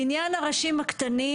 לעניין הראשים הקטנים,